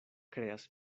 kreas